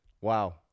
Wow